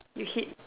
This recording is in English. you hit